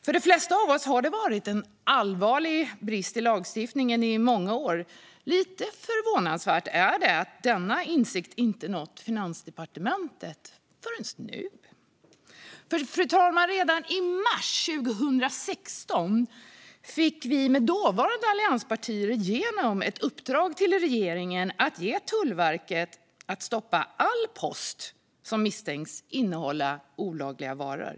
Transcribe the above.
För de flesta av oss har detta varit en allvarlig brist i lagstiftningen i många år, och det är lite förvånansvärt att denna insikt inte nått Finansdepartementet förrän nu. Fru talman! Redan i mars 2016 gav vi tillsammans med dåvarande allianspartier regeringen i uppdrag att möjliggöra för Tullverket att stoppa all post som misstänks innehålla olagliga varor.